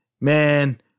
man